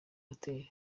hoteli